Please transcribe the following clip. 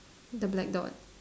the black dot